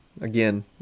Again